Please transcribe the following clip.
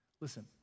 Listen